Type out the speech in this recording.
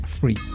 Free